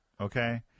Okay